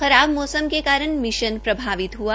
खराब मौसम के कारण मिशन प्रभावित हआ